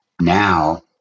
now